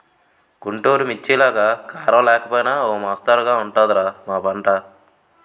గుంటూరు మిర్చిలాగా కారం లేకపోయినా ఓ మొస్తరుగా ఉంటది రా మా పంట